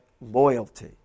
loyalty